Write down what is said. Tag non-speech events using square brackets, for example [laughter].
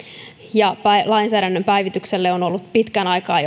ja lainsäädännön päivitykselle on on ollut pitkän aikaa [unintelligible]